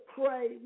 pray